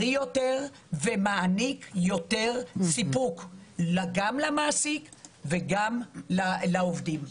בריא יותר ומעניק יותר סיפוק גם למעסיק וגם לעובדים.